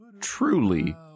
truly